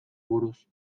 buruz